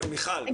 מיכל,